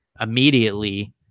immediately